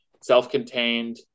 self-contained